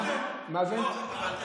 מה זה הדברים האלה?